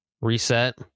reset